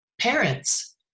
parents